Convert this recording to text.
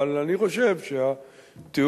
אבל אני חושב שהתיאור,